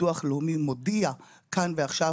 ביטוח לאומי מודיע כאן ועכשיו,